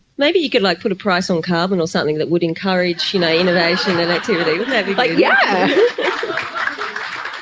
maybe you could like put a price on carbon or something that would encourage you know innovation but yeah um